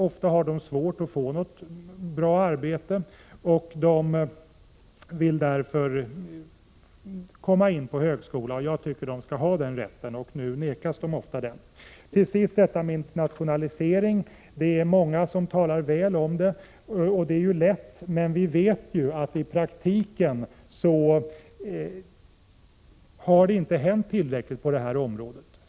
Ofta har de svårt att få något bra arbete, och de vill därför komma in på högskola. Jag tycker att de skall ha den rätten. Nu nekas de ofta den. Till sist detta med internationalisering. Det är många som talar väl om den. Det är ju lätt. Men vi vet att i praktiken har det inte hänt tillräckligt på det här området.